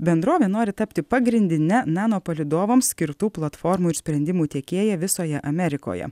bendrovė nori tapti pagrindine nano palydovams skirtų platformų ir sprendimų tiekėja visoje amerikoje